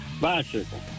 Bicycle